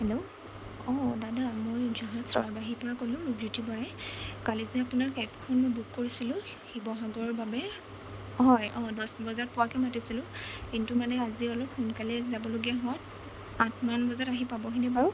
hello অঁ দাদা মই যোৰহাট চৰাইবাহীৰপৰা ক'লোঁ জ্যোতি বৰায়ে কালি যে আপোনাৰ কেবখন বুক কৰিছিলোঁ শিৱসাগৰৰ বাবে হয় অঁ দহ বজাত পোৱাকৈ মাতিছিলোঁ কিন্তু মানে আজি অলপ সোনকালে যাবলগীয়া হ'ল আঠমান বজাত আহি পাবহিনে বাৰু